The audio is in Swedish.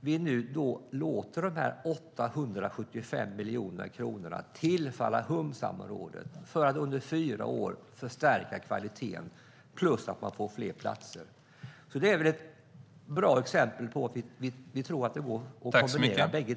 vi nu låter dessa 875 miljoner kronor tillfalla humsamområdet för att under fyra år förstärka kvaliteten plus att det blir fler platser. Det är väl ett bra exempel på att vi tror att det går att kombinera båda två.